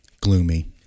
Gloomy